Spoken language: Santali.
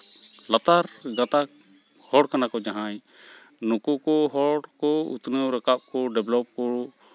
ᱞᱟᱛᱟᱨ ᱜᱟᱛᱟᱠ ᱦᱚᱲ ᱠᱟᱱᱟ ᱠᱚ ᱡᱟᱦᱟᱸᱭ ᱱᱩᱠᱩ ᱠᱚ ᱦᱚᱲ ᱠᱚ ᱩᱛᱱᱟᱹᱣ ᱨᱟᱠᱟᱵ ᱠᱚ ᱰᱮᱵᱷᱞᱚᱯ ᱠᱚ